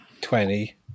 twenty